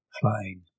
flying